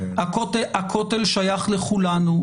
הכותל שייך לכולנו,